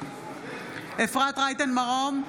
אפרת רייטן מרום,